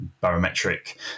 Barometric